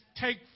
take